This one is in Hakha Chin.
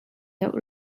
deuh